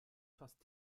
fast